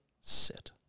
Sit